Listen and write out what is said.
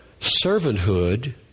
servanthood